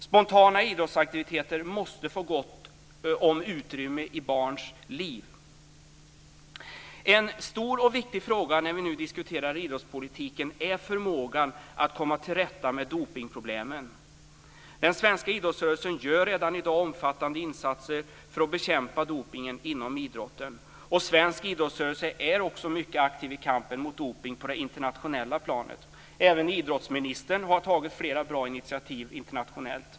Spontana idrottsaktiviteter måste få gott om utrymme i barns liv. En stor och viktig fråga när vi nu diskuterar idrottspolitiken är förmågan att komma till rätta med dopningsproblemen. Den svenska idrottsrörelsen gör redan i dag omfattande insatser för att bekämpa dopningen inom idrotten. Svensk idrottsrörelse är också mycket aktiv i kampen mot dopning på det internationella planet. Även idrottsministern har tagit flera bra initiativ internationellt.